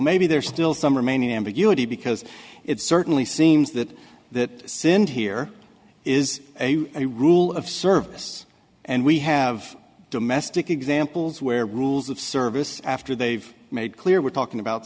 maybe there's still some remaining ambiguity because it certainly seems that that sin here is a rule of service and we have domestic examples where rules of service after they've made clear we're talking about